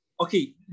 Okay